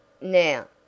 Now